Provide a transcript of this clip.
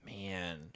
Man